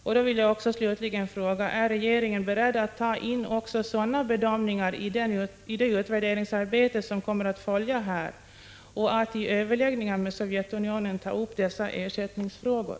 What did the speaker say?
Därför vill jag slutligen fråga: Är regeringen beredd att ta in också sådana bedömningar i det utvärderingsarbete som kommer att följa och att i överläggningar med Sovjetunionen ta upp dessa ersättningsfrågor?